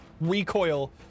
recoil